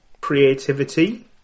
Creativity